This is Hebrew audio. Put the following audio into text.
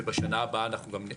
ובשנה הבאה אנחנו גם נמשיך.